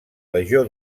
legió